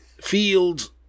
Fields